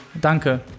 Danke